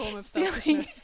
stealing